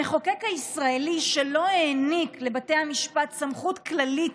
המחוקק הישראלי לא העניק לבתי המשפט סמכות כללית